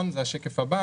הגירעון זה השקף הבא